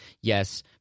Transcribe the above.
yes